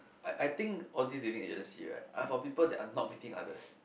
I I think all these dating agency right are for people that are not meeting others